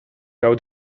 out